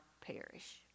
perish